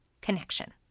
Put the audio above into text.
connection